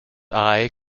eye